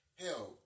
hell